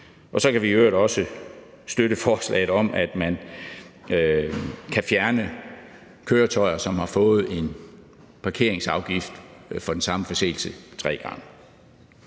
Og så kan vi i øvrigt også støtte forslaget om, at man kan fjerne køretøjer, som har fået en parkeringsafgift for den samme forseelse tre gange.